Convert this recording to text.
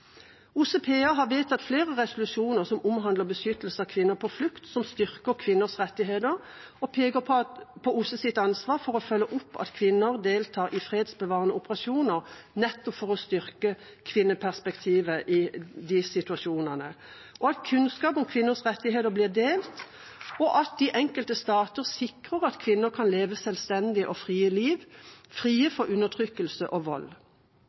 PA har vedtatt flere resolusjoner som omhandler beskyttelse av kvinner på flukt, som styrker kvinners rettigheter og peker på OSSEs ansvar for å følge opp at kvinner deltar i fredsbevarende operasjoner, nettopp for å styrke kvinneperspektivet i de situasjonene, at kunnskap om kvinners rettigheter blir delt, og at de enkelte stater sikrer at kvinner kan leve selvstendige og frie liv, frie for undertrykkelse og vold.